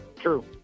True